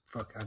Fuck